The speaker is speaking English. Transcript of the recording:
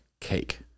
cake